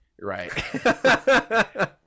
Right